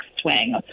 swing